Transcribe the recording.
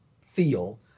feel